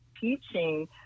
teaching